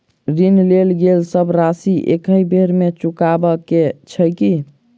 ऋण लेल गेल सब राशि एकहि बेर मे चुकाबऽ केँ छै की?